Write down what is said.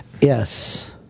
Yes